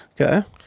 okay